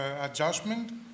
adjustment